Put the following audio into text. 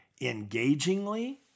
engagingly